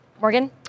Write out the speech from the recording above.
Morgan